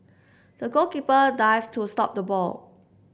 the goalkeeper dived to stop the ball